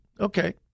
okay